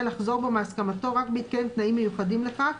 לחזור בו מהסכמתו רק בהתקיים תנאים מיוחדים לכך,